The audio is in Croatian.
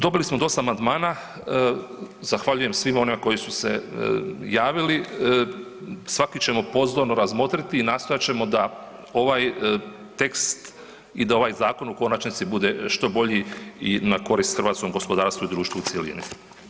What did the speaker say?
Dobili smo dosta amandmana, zahvaljujem svima onima koji su se javili, svaki ćemo pozorno razmotriti i nastojat ćemo da ovaj tekst i da ovaj zakon u konačnici bude što bolji i na korist hrvatskom gospodarstvu i društvu u cjelini.